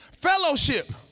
Fellowship